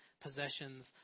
possessions